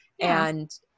and-